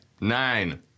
Nine